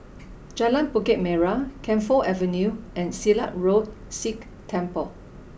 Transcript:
Jalan Bukit Merah Camphor Avenue and Silat Road Sikh Temple